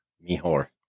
Mejor